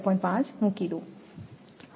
5 મૂકી દો